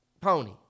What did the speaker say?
pony